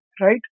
right